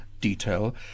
detail